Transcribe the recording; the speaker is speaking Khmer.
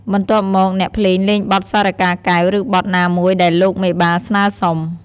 បន្ទាប់មក អ្នកភ្លេងលេងបទសារិកាកែវ ឬបទណាមួយដែលលោកមេបាស្នើសុំ។